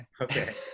okay